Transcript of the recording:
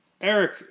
Eric